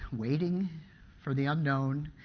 waiting for the unknown.